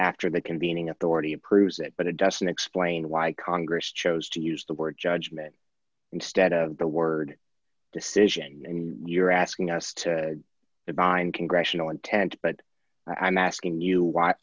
after the convening authority approves it but it doesn't explain why congress chose to use the word judgment instead of the word decision you're asking us to bind congressional intent but i'm asking you w